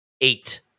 Eight